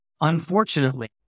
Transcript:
unfortunately